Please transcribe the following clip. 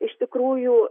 iš tikrųjų